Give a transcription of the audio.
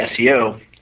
SEO